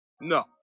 No